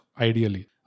ideally